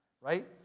right